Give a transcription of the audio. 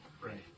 Right